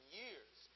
years